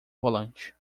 volante